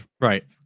Right